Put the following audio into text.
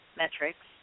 metrics